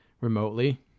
remotely